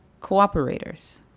cooperators